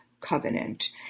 Covenant